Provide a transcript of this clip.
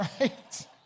Right